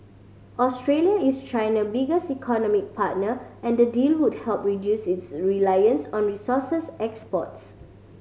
Australia is China biggest economic partner and the deal would help reduce its reliance on resources exports